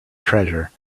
treasure